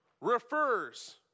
refers